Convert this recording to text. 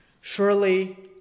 Surely